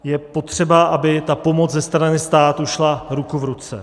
Je potřeba, aby pomoc ze strany státu šla ruku v ruce.